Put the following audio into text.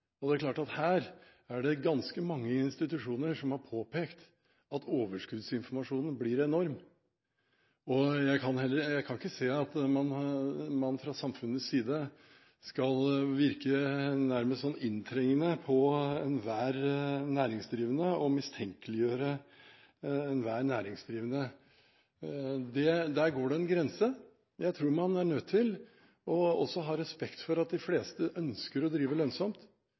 Det er klart at her er det ganske mange institusjoner som har påpekt at overskuddsinformasjonen blir enorm. Jeg kan ikke se at man fra samfunnets side nærmest skal virke inntrengende på enhver næringsdrivende, og mistenkeliggjøre enhver næringsdrivende. Der går det en grense. Jeg tror man er nødt til også å ha respekt for at de fleste ønsker å drive